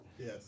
Yes